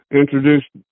introduced